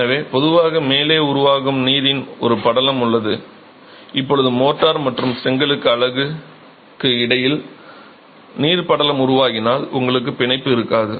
எனவே பொதுவாக மேலே உருவாகும் நீரின் ஒரு படலம் உள்ளது இப்போது மோர்ட்டார் மற்றும் செங்கல் அலகுக்கு இடையில் நீர் படலம் உருவாகினால் உங்களுக்கு பிணைப்பு இருக்காது